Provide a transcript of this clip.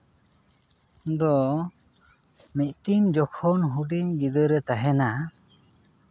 ᱫᱚ ᱢᱤᱫᱴᱤᱱ ᱡᱚᱠᱷᱚᱱ ᱦᱩᱰᱤᱧ ᱜᱤᱫᱟᱹᱨᱮ ᱛᱟᱦᱮᱱᱟ